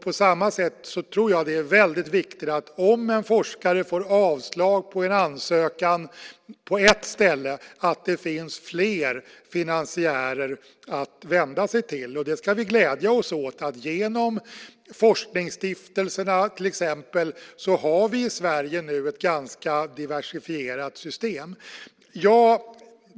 På samma sätt tror jag att det är väldigt viktigt att det om en forskare får avslag på en ansökan på ett ställe finns fler finansiärer att vända sig till. Det ska vi glädja oss åt. Genom till exempel forskningsstiftelserna har vi i Sverige nu ett ganska diversifierat system.